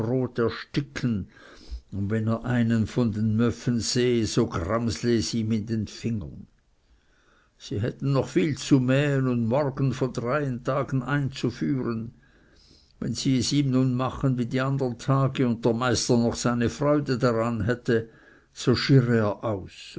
brot ersticken und wenn er einen von den möffen sehe so gramsle es ihm in den fingern sie hätten noch viel zu mähen und morgen von dreien tagen einzuführen wenn sie es ihm nun machen wie die andern tage und der meister noch seine freude daran hätte so schirre er aus